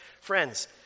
Friends